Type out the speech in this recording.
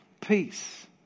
Peace